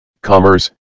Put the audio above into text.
Commerce